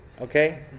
Okay